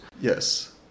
Yes